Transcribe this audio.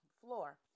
floor